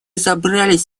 собрались